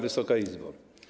Wysoka Izbo!